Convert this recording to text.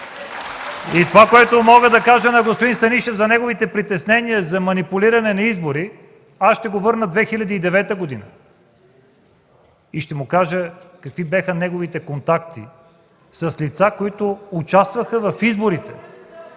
Това, което мога да кажа на господин Станишев за неговите притеснения за манипулиране на избори, аз ще го върна в 2009 г. и ще му кажа какви бяха неговите контакти с лица, които участваха в изборите.